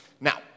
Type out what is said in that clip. Now